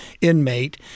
inmate